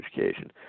education